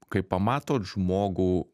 kai pamatot žmogų